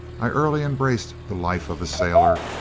i early embraced the life of a sailor,